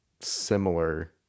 similar